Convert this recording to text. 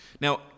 Now